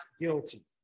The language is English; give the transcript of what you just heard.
guilty